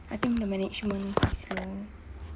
I think the management is slow